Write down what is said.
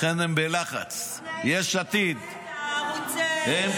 לכן הם בלחץ -- לא נעים לי שאתה רואה את הערוץ משקפיים ורודים.